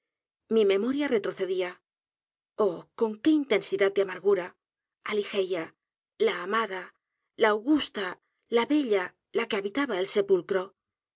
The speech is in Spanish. mi memoria retrocedía oh con qué intensidad de amargura á ligeia la amada la augusta la bella la que habitaba el sepulcro